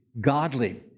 godly